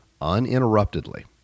uninterruptedly